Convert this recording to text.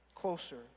closer